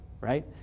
right